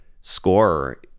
scorer